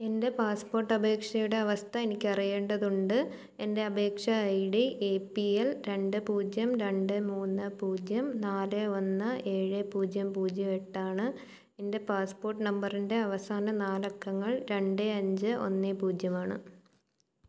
എൻ്റെ പാസ്പോർട്ട് അപേക്ഷയുടെ അവസ്ഥ എനിക്ക് അറിയേണ്ടതുണ്ട് എൻ്റെ അപേക്ഷാ I D A P L രണ്ട് പൂജ്യം രണ്ട് മൂന്ന് പൂജ്യം നാല് ഒന്ന് ഏഴ് പൂജ്യം പൂജ്യം ഏട്ടാണ് എൻ്റെ പാസ്പോർട്ട് നമ്പറിൻ്റെ അവസാന നാല് അക്കങ്ങൾ രണ്ട് അഞ്ച് ഒന്ന് പൂജ്യമാണ്